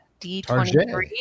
D23